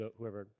Whoever